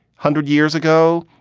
hundred years ago,